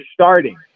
starting